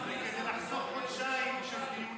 אפשר היה לחסוך חודשיים של דיונים,